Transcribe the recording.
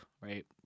right